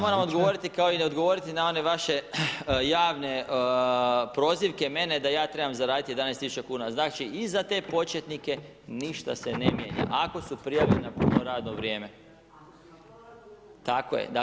Pa ja vam moram odgovoriti kao i odgovoriti na one vaše javne prozivke mene da ja trebam zaraditi 11 000 kuna, znači za te početnike ništa se ne mijenja ako su prijavili na puno radno vrijeme. … [[Upadica sa strane, ne razumije se.]] Tako je.